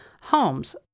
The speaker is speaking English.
Holmes